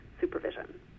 supervision